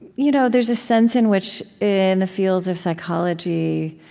you know there's a sense in which in the fields of psychology